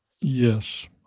Yes